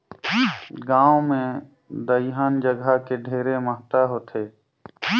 गांव मे दइहान जघा के ढेरे महत्ता होथे